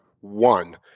one